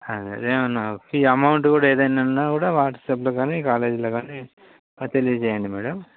అదే ఏమైనా fee amount కూడా ఏదైనా ఉన్నా కూడా వాట్సప్లో కానీ కాలేజ్లో కానీ తెలియచెయ్యండి మేడం